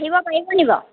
আহিব পাৰিব নেকি বাৰু